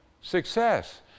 success